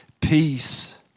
peace